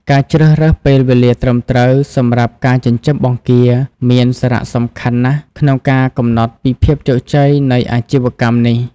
ការជ្រើសរើសពេលវេលាត្រឹមត្រូវសម្រាប់ការចិញ្ចឹមបង្គាមានសារៈសំខាន់ណាស់ក្នុងការកំណត់ពីភាពជោគជ័យនៃអាជីវកម្មនេះ។